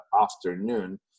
afternoon